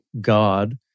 God